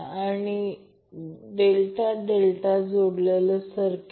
आणि जर इथे Van ठेवले आणि हे VCN Van 120o